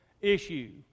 issue